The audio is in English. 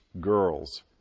girls